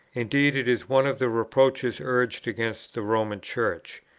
indeed, it is one of the reproaches urged against the roman church,